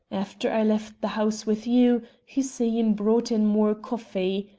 after i left the house with you, hussein brought in more coffee.